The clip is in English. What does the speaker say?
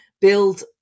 build